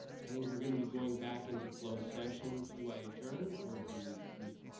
i think we're going to be going back into closed session. do i adjourn or do we we